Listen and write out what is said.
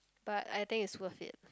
but I think it's worth it